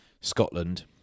Scotland